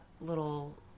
little